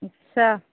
अच्छा